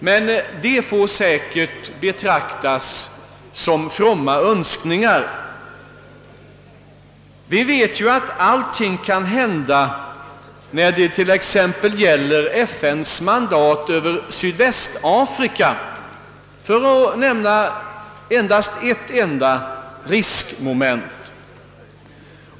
Men detta får betraktas som fromma önskningar. Vi vet att allting kan hända när det t.ex. gäller FN:s mandat över Sydvästafrika, för att nämna endast ett enda riskmoment.